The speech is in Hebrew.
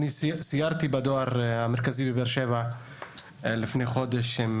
סיירתי בדואר המרכזי בבאר שבע לפני חודש עם